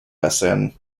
vincennes